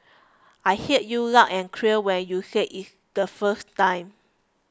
I heard you loud and clear when you said it the first time